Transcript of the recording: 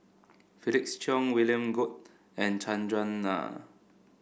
Felix Cheong William Goode and Chandran Nair